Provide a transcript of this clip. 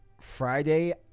Friday